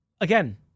Again